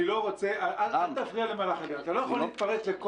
אל תפריע למהלך הדיון.